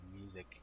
music